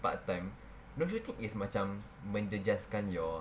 part time don't you think it's macam menjejaskan your